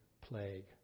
plague